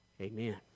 Amen